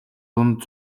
дунд